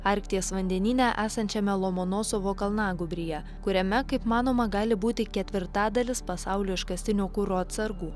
arkties vandenyne esančiame lomonosovo kalnagūbryje kuriame kaip manoma gali būti ketvirtadalis pasaulio iškastinio kuro atsargų